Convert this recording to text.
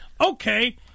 okay